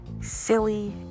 silly